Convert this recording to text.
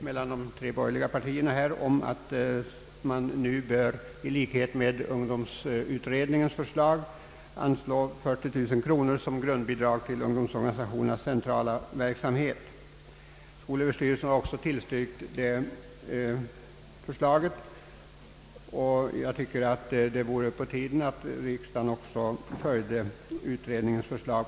Mellan de tre borgerliga partierna har rått enighet om att i enlighet med ungdomsutredningens förslag 40 000 kronor bör anslås som grundbidrag till ungdomsorganisationernas centrala verksamhet. Skolöverstyrelsen har tillstyrkt detta förslag, och jag tycker att det vore på tiden att riksdagen nu följer utredningens förslag.